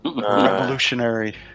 Revolutionary